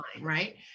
right